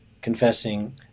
confessing